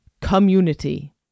community